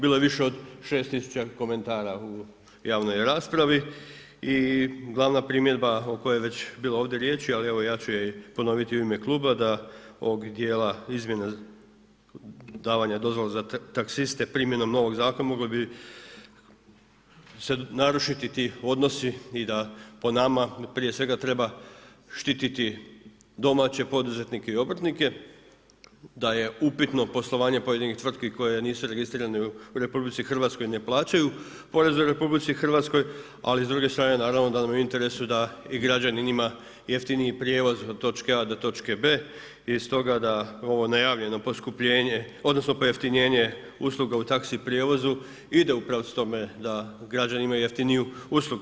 Bilo je više od 6000 komentara u javnoj raspravi i glavna primjedba o kojoj je već ovdje bilo riječ, ali evo ja ću je ponoviti u ime kluba da ovog dijela izmjena davanje dozvola da taxiste primjenom novog zakona mogli bi se narušiti ti odnosi i da po nama prije svega treba štititi domaće poduzetnika i obrtnike, da je upitno poslovanje pojedinih tvrtki koje nisu registrirane u RH i ne plaću porez u RH, ali s druge strane naravno da nam je u interesu da i građanin ima jeftiniji prijevoz od točke A do točke B. I stoga ovo najavljeno pojeftinjenje usluga u taxi prijevozu ide u pravcu tome da građani imaju jeftiniju uslugu.